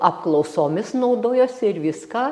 apklausomis naudojosi ir viską